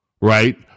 right